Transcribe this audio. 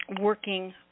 working